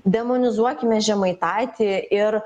demonizuokime žemaitaitį ir